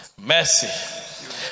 Mercy